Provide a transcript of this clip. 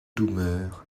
doumer